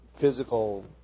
physical